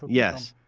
yes,